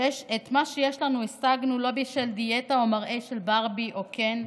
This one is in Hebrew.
ושאת מה שיש לנו השגנו לא בשל דיאטה או מראה של ברבי או קן.